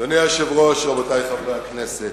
אדוני היושב-ראש, רבותי חברי הכנסת,